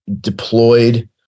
deployed